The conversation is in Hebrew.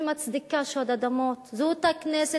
שמצדיקה שוד אדמות, זאת הכנסת